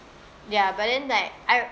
ya but then like I